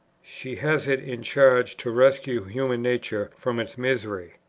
she has it in charge to rescue human nature from its misery,